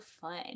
fun